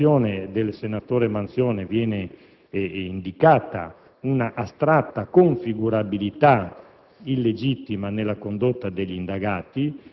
elevato. Segnalo che nella relazione del senatore Manzione viene già indicata un'astratta configurabilità